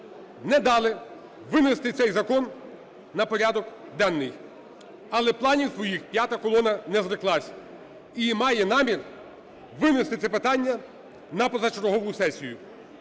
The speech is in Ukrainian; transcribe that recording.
не дали винести цей закон на порядок денний. Але планів своїх "п'ята колона" не зреклась і має намір винести це питання на позачергову сесію.